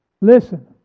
listen